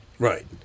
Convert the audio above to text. Right